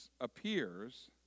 appears